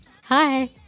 Hi